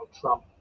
trump